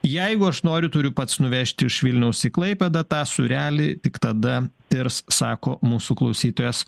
jeigu aš noriu turiu pats nuvežti iš vilniaus į klaipėdą tą sūrelį tik tada tirs sako mūsų klausytojas